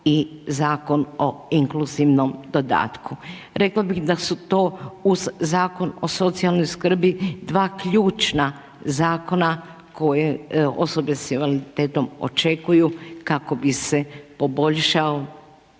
i Zakon o inkluzivnom dodatku. Rekla bih da su to uz Zakon o socijalnoj skrbi dva ključna zakona koja osobe sa invaliditetom očekuju kako bi se poboljšao